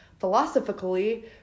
philosophically